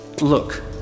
look